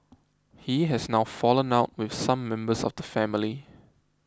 he has now fallen out with some members of the family